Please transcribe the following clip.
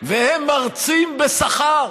והם מרצים בשכר.